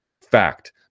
fact